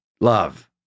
love